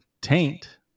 Taint